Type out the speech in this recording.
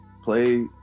play